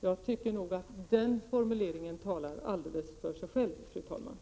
Jag tycker nog att den formuleringen talar alldeles för sig själv, fru talman!